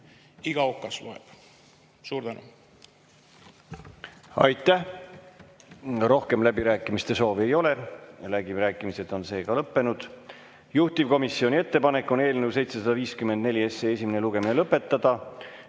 Iga okas loeb. Suur tänu!